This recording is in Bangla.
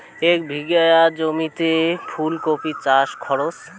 এক বিঘে জমিতে ফুলকপি চাষে খরচ?